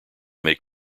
may